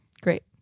Great